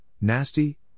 nasty